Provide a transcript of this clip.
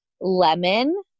lemon